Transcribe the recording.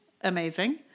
Amazing